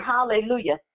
Hallelujah